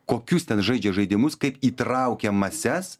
kokius ten žaidžia žaidimus kaip įtraukia mases